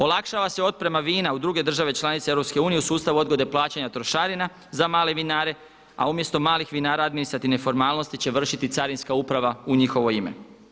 Olakšava se otprema vina u druge države članice EU u sustavu odgode plaćanja trošarina za male vinare a umjesto malih vinara administrativne formalnosti će vršiti carinska uprava u njihovo ime.